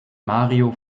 mario